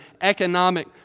economic